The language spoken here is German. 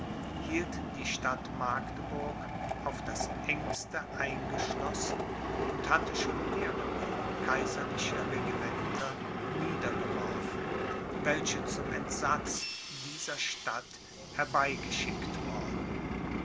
hielt die stadt magdeburg auf das engste eingeschlossen und hatte schon mehrere kaiserliche regimenter niedergeworfen welche zum entsatz dieser stadt herbei geschickt worden